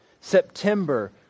September